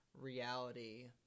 reality